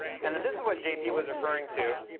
and then this is what jp was referring to.